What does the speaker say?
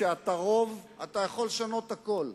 כשאתה רוב, אתה יכול לשנות הכול.